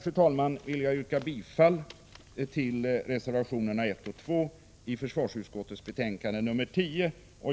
Med det anförda vill jag yrka bifall till reservationerna 1 och 2i försvarsutskottets betänkande 10.